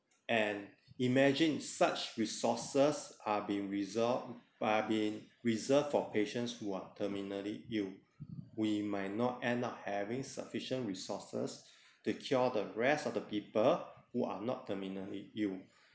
and imagine such resources are being resolved by being reserved for patients who are terminally ill we might not end up having sufficient resources to cure the rest of the people who are not terminally ill